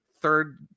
third